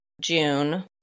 June